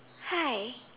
hi